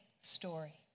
story